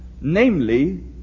namely